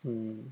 mmhmm